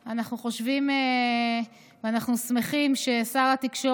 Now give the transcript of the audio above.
בבקשה, אדוני, שלוש דקות